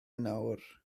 nawr